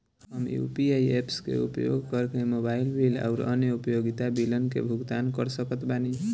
हम UPI apps के उपयोग करके मोबाइल बिल आउर अन्य उपयोगिता बिलन के भुगतान कर सकत बानी